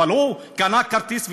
אבל הוא קנה כרטיס,